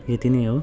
यति नै हो